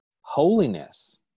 holiness